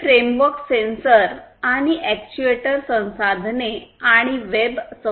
हे framework sensor आणि actuator संसाधने आणि वेब संसाधने पाहते